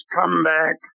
comeback